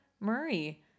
Murray